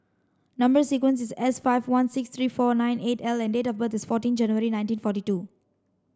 number sequence is S five one six three four nine eight L and date of birth is fourteen January nineteen forty two